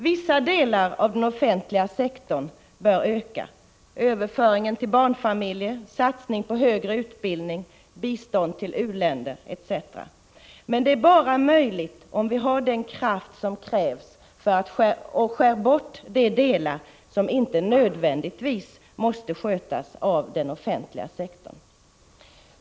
Vissa delar av den offentliga sektorn bör öka: överföringen till barnfamiljer, satsning på högre utbildning, bistånd till u-länder, etc. Men det är bara möjligt om vi har den kraft som krävs och skär bort de delar som inte nödvändigtvis måste skötas av den offentliga sektorn.